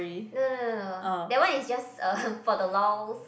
no no no no that one is just for the lols